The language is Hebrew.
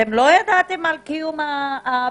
אתם עודכנם לגבי קיום הפיילוטים?